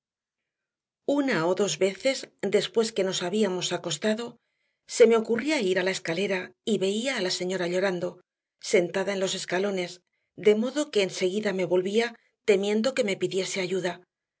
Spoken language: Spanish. una o dos veces después que nos habíamos acostado se me ocurría ir a la escalera y veía a la señora llorando sentada en los escalones de modo que enseguida me volvía temiendo que me pidiese ayuda